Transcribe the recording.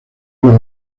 los